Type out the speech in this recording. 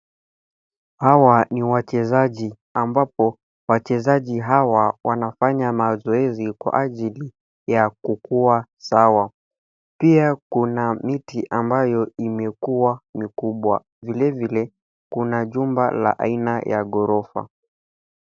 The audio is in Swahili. Hawa ni wachezaji ambapo, wachezaji hawa wanafanya mazoezi kwa ajili ya kukuwa sawa. Pia kuna miti ambayo imekuwa mikubwa, vilevile kuna jumba la aina ya ghorofa.